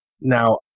Now